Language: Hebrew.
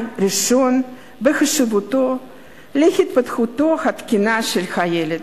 ראשון בחשיבותו להתפתחותו התקינה של הילד.